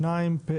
שניים בעד.